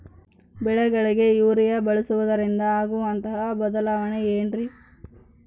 ಬೆಳೆಗಳಿಗೆ ಯೂರಿಯಾ ಬಳಸುವುದರಿಂದ ಆಗುವಂತಹ ಬದಲಾವಣೆ ಏನ್ರಿ?